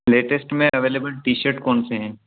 latest में available T shirt कौन से हैं